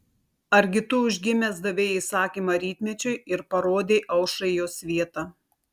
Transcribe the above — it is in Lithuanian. argi tu užgimęs davei įsakymą rytmečiui ir parodei aušrai jos vietą